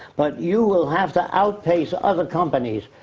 but you will have to outpace other companies.